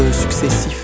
successifs